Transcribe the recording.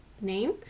name